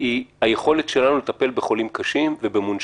היא היכולת שלנו לטפל בחולים קשים ובמונשמים.